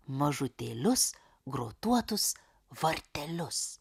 mažutėlius grotuotus vartelius